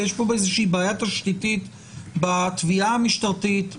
כי יש לנו בעיה תשתיתית בתביעה המשטרתית,